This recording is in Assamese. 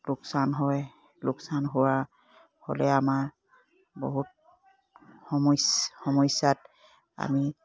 লোকচান হয় লোকচান হোৱা হ'লে আমাৰ বহুত সমস্যাত আমি